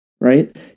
Right